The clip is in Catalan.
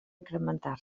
incrementar